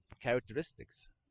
characteristics